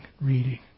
reading